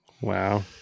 Wow